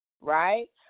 right